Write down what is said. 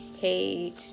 page